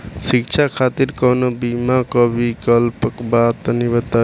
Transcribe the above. शिक्षा खातिर कौनो बीमा क विक्लप बा तनि बताई?